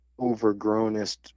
overgrownest